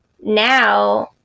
Now